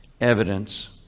evidence